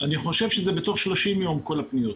אני חושב שזה בתוך 30 יום, כל הפניות.